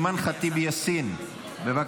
עברה